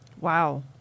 Wow